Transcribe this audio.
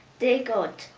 dear god,